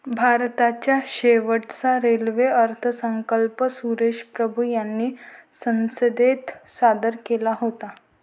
भारताचा शेवटचा रेल्वे अर्थसंकल्प सुरेश प्रभू यांनी संसदेत सादर केला होता